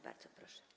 Bardzo proszę.